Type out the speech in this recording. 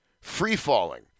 free-falling